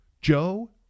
Joe